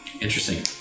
Interesting